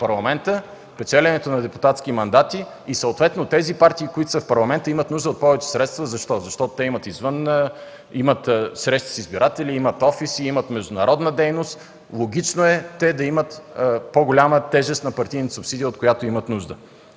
парламента, печеленето на депутатски мандати и съответно тези партии, които са в парламента, имат нужда от повече средства. Защо? Защото те имат срещи с избиратели, имат офиси, имат международна дейност. Логично е те да имат по-голяма тежест на партийната субсидия, от която имат нужда.